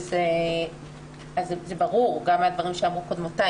אז זה ברור גם מהדברים שאמרו קודמותיי,